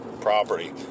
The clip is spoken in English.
property